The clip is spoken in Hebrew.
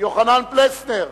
חבר הכנסת יוחנן פלסנר,